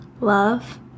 Love